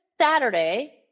Saturday